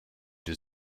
does